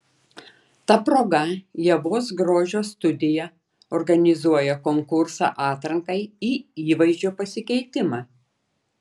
ta proga ievos grožio studija organizuoja konkursą atrankai į įvaizdžio pasikeitimą